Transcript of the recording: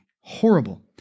horrible